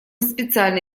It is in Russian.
специально